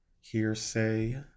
Hearsay